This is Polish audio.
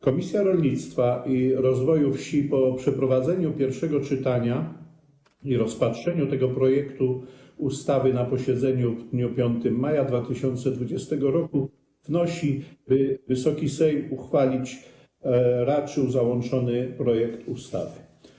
Komisja Rolnictwa i Rozwoju Wsi po przeprowadzeniu pierwszego czytania i rozpatrzeniu tego projektu ustawy na posiedzeniu w dniu 5 maja 2020 r. wnosi, aby Wysoki Sejm uchwalić raczył załączony projekt ustawy.